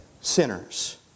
sinners